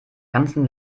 ganzen